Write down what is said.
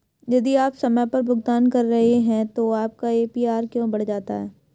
यदि आप समय पर भुगतान कर रहे हैं तो आपका ए.पी.आर क्यों बढ़ जाता है?